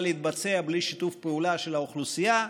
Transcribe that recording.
להתבצע בלי שיתוף פעולה של האוכלוסייה,